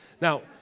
Now